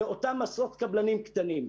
לאותם עשרות קבלנים קטנים.